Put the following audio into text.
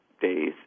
days